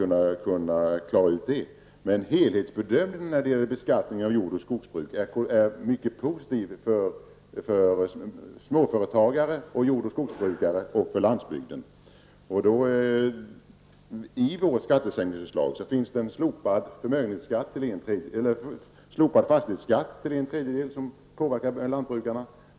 Men vår helhetsbedömning när det gäller beskattning av jord och skogsbruk är mycket positiv för småföretagare, för jord och skogsbrukare och för landsbygden. I vårt skattesänkningsförslag ingår en till en tredjedel slopad fastighetsskatt, vilket påverkar lantbrukarna.